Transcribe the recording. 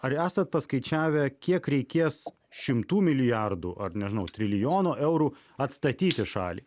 ar esat paskaičiavę kiek reikės šimtų milijardų ar nežinau trilijonų eurų atstatyti šalį